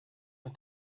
ein